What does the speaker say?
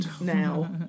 now